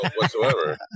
whatsoever